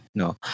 no